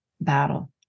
battle